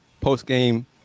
post-game